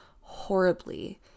horribly